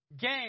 game